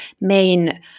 main